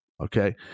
okay